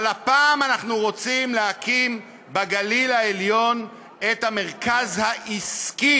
אבל הפעם אנחנו רוצים להקים בגליל העליון את המרכז העסקי,